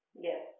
Yes